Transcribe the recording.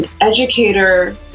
educator